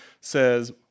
says